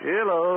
Hello